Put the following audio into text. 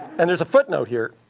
and there's a footnote here.